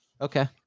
Okay